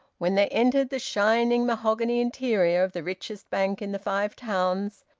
when they entered the shining mahogany interior of the richest bank in the five towns,